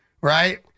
right